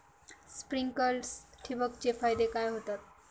Sprinklers ठिबक चे फायदे काय होतात?